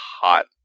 hot